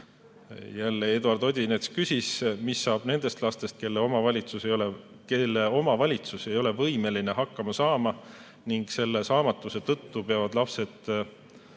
küsis Eduard Odinets, mis saab nendest lastest, kelle omavalitsus ei ole võimeline hakkama saama ning omavalitsuse saamatuse tõttu peavad lapsed